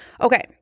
Okay